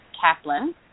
Kaplan